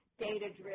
data-driven